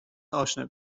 اشنا